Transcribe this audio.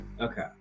Okay